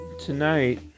tonight